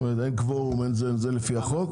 אין קבורום לפי החוק,